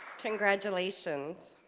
congratulations